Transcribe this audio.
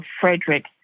Frederick